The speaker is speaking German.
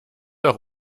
auch